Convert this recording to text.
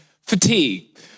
Fatigue